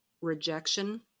rejection